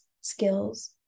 skills